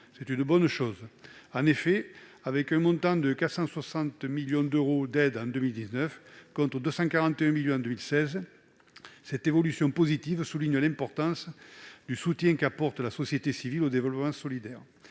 est une bonne chose : 460 millions d'euros en 2019 contre 241 millions en 2016. Cette évolution positive souligne l'importance du soutien qu'apporte la société civile au développement solidaire